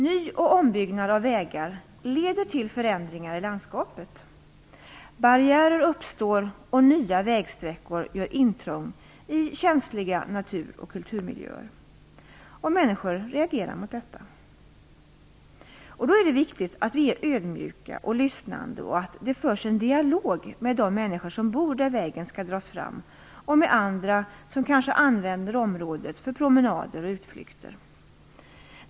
Ny och ombyggnad av vägar leder till förändringar i landskapet. Barriärer uppstår, och nya vägsträckor gör intrång i känsliga natur och kulturmiljöer. Människor reagerar mot detta. Då är det viktigt att vi är ödmjuka och lyssnande och att det förs en dialog med de människor som bor där vägen skall dras fram och med andra som kanske använder området för promenader och utflykter.